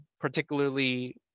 particularly